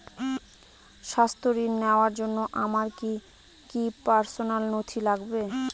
স্বাস্থ্য ঋণ নেওয়ার জন্য আমার কি কি পার্সোনাল নথি লাগবে?